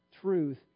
truth